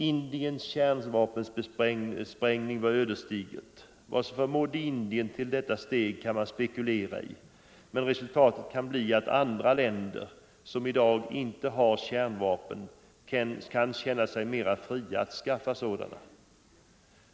Indiens kärnvapensprängning var ödesdiger. Vad som förmådde Indien till detta steg kan man spekulera i, men resultatet kan bli att andra länder som i dag inte har kärnvapen kan känna sig mera fria att skaffa sådana.